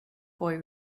boy